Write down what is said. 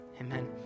amen